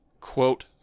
quote